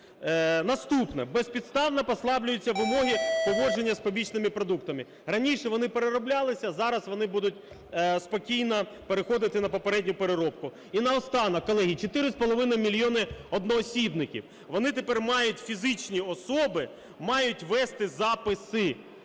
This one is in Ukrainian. Наступне. Безпідставно послаблюються вимоги поводження з побічними продуктами. Раніше вони перероблялися, зараз вони будуть спокійно переходити на попередню переробку. І наостанок. Колеги, 4,5 мільйони одноосібників. Вони тепер мають, фізичні особи мають вести записи.